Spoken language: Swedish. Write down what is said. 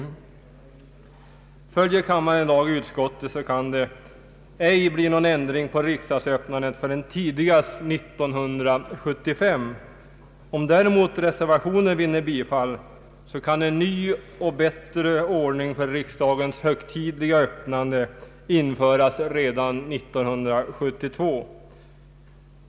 Följer kammaren i dag utskottet, kan det ej bli någon ändring på riksdagsöppnandet förrän tidigast 1975. Om däremot reservationen vinner bifall kan en ny och bättre ordning för riksdagens högtidliga öppnande införas redan 1972.